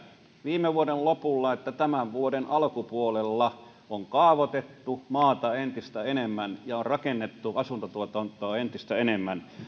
viime vuoden lopulla että tämän vuoden alkupuolella on kaavoitettu maata entistä enemmän ja on rakennettu asuntotuotantoa entistä enemmän